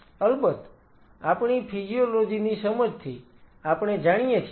અલબત આપણી ફિજીયોલોજી ની સમજથી આપણે જાણીએ છીએ